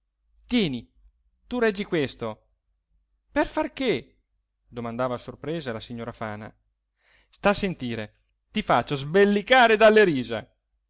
tieni tu reggi questo per far che domandava sorpresa la signora fana sta a sentire ti faccio sbellicare dalle risa